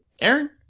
Aaron